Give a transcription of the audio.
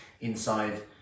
inside